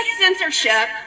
censorship